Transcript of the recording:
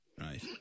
Right